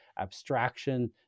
abstraction